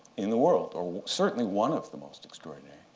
in the world, or certainly one of the most extraordinary.